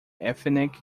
ethnic